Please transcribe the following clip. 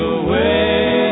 away